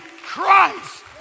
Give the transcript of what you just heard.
Christ